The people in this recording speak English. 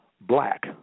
black